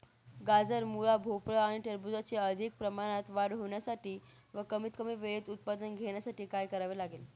गाजर, मुळा, भोपळा आणि टरबूजाची अधिक प्रमाणात वाढ होण्यासाठी व कमीत कमी वेळेत उत्पादन घेण्यासाठी काय करावे लागेल?